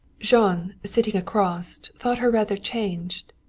jean, sitting across, thought her rather changed.